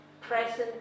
present